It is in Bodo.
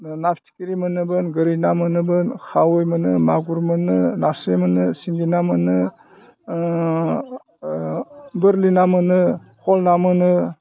ना फिथिख्रि मोनोमोन गोरि ना मोनोमोन खावै मोनो मागुर मोनो नास्राय मोनो सिंगि ना मोनो बारलि ना मोनो हल ना मोनो